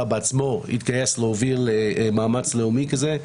בעצמו התגייס להוביל מאמץ לאומי כזה.